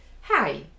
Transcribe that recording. Hi